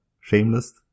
Shameless